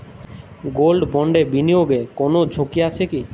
Gold বন্ডে বিনিয়োগে কোন ঝুঁকি আছে কি?